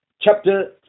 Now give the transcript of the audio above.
chapter